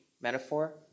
metaphor